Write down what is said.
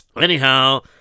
Anyhow